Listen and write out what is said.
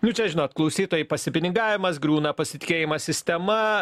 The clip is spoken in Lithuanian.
nu čia žinot klausytojai pasipinigavimas griūna pasitikėjimas sistema